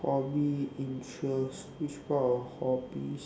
hobby interest which part of hobbies